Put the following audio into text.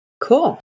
Cool